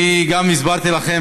אני גם הסברתי לכם,